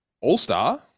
all-star